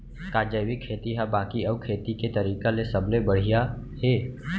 का जैविक खेती हा बाकी अऊ खेती के तरीका ले सबले बढ़िया हे?